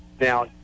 Now